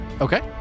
Okay